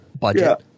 budget